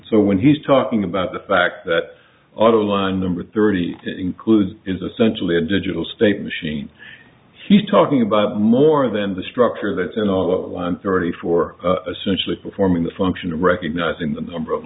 so when he's talking about the fact that other line number thirty includes is essentially a digital state machine he's talking about more than the structure that is in all the line thirty four essentially performing the function of recognizing the number of